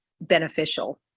beneficial